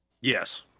Yes